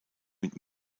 mit